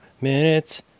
minutes